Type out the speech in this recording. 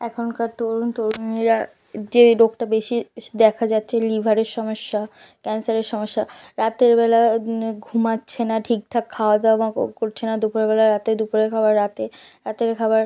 এখনকার তরুণ তরুণীরা যেই রোগটা বেশি দেখা যাচ্ছে লিভারের সমস্যা ক্যান্সারের সমস্যা রাতের বেলা ঘুমাচ্ছে না ঠিকঠাক খাওয়া দাওয়া করছে না দুপুরের বেলা রাতে দুপুরের খাওয়ার রাতে রাতের খাবার